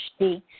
HD